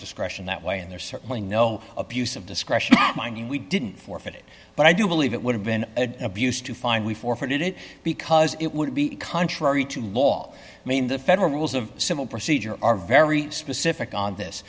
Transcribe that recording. discretion that way and there's certainly no abuse of discretion i knew we didn't forfeit it but i do believe it would have been abused to find we forfeited it because it would be contrary to law i mean the federal rules of civil procedure are very specific on this